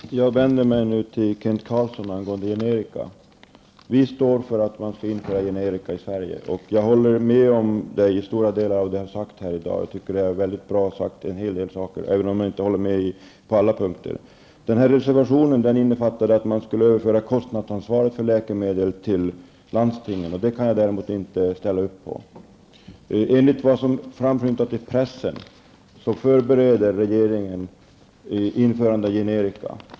Herr talman! Jag vänder mig nu till Kent Carlsson angående generika. Vi i Ny Demokrati står för att man skall införa generika i Sverige. Jag instämmer i stora delar i det som Kent Carlsson har sagt här i dag. En hel del av det var väldigt bra sagt, även om jag inte håller med på alla punkter. I reservationen förordas att kostnadsansvaret för läkemedel skall överföras till landstingen, men det kan jag däremot inte ställa mig bakom. Enligt vad som framskymtat i pressen förbereder regeringen ett införande av generika.